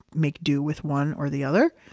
make do with one or the other.